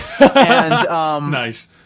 Nice